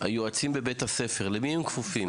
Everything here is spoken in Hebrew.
--- היועצים בבית הספר, למי הם כפופים?